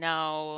Now